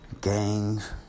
Gangs